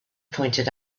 pointed